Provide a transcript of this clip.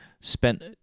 spent